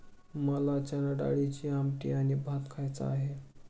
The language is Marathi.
मला चणाडाळीची आमटी आणि भात खायचा आहे